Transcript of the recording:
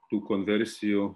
tų konversijų